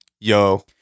Yo